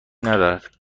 ندارد